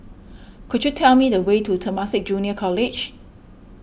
could you tell me the way to Temasek Junior College